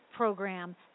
program